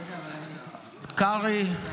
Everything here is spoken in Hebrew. קרעי,